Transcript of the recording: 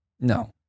No